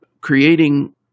creating